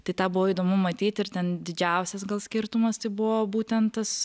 tai tą buvo įdomu matyt ir ten didžiausias gal skirtumas tai buvo būtent tas